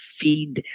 feed